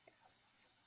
Yes